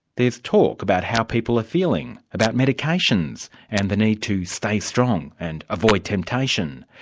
there's talk about how people are feeling, about medications and the need to stay strong and avoid temptation.